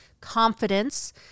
confidence